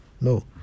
no